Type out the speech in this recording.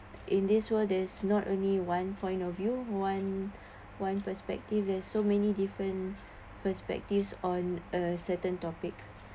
in this world there's not only one point of view one one perspective there's so many different perspectives on a certain topic